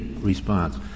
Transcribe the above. response